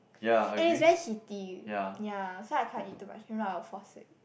and it's very heaty ya so I can't eat too much if not I will fall sick